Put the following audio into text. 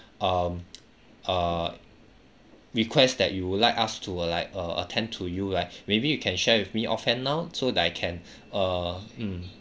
um err request that you would like us to uh like uh attend to you right maybe you can share with me off hand now so they can err mm